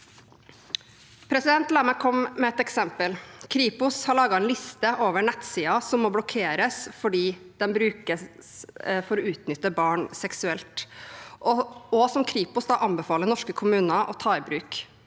bør stille. La meg komme med et eksempel: Kripos har laget en liste over nettsider som må blokkeres fordi de brukes for å utnytte barn seksuelt, og Kripos anbefaler norske kommuner å ta i bruk